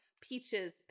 peaches